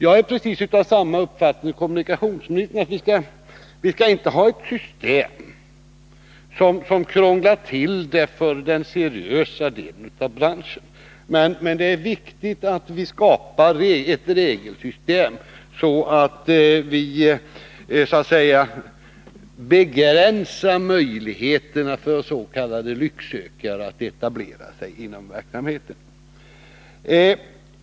Jag är av precis samma uppfattning som kommunikationsministern — vi skall inte ha ett system som krånglar till det för den seriösa delen av branschen. Men det är viktigt att vi skapar ett regelsystem, så att vi begränsar möjligheterna för s.k. lycksökare att etablera sig inom verksamheten.